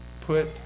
put